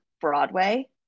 Broadway